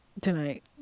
tonight